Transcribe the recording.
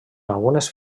algunes